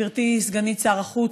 גברתי סגנית שר החוץ,